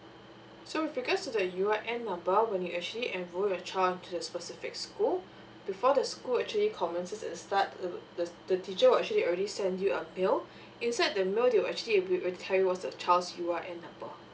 so with regards to the U_R_N number when you actually enrol your child into the specific school before the school actually commences at the start th~ th~ the teacher will actually already send you a mail inside the mail they will actually be able to tell you what is the child's U_R_N number